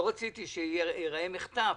לא רציתי שזה ייראה מחטף,